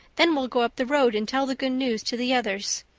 then we'll go up the road and tell the good news to the others.